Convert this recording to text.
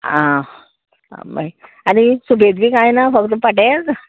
आं बरें आनी सुबेज बी कांय ना फक्त पाटेंच